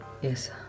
Yes